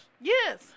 Yes